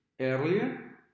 earlier